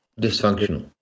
Dysfunctional